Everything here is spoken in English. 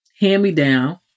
hand-me-down